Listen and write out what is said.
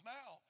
now